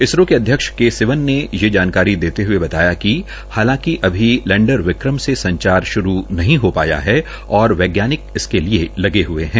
इसरो के अध्यक्ष के सीवन ने ये जानकारी देते हये बताया कि हालांकि अभी लैंडर विक्रम से संचार श्रू नहीं हो पाया है और वैज्ञानिक इसके लिए लगे हऐ है